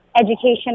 education